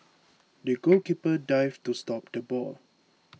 the goalkeeper dived to stop the ball